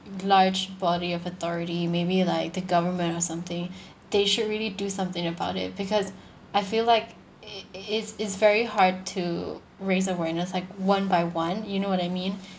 large body of authority maybe like the government or something they should really do something about it because I feel like i~ it's it's very hard to raise awareness like one by one you know what I mean